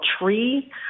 tree